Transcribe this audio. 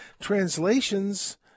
Translations